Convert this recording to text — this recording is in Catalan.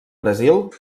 brasil